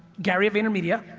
gary vaynermedia,